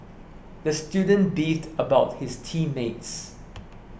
the student beefed about his team mates